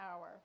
hour